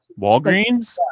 Walgreens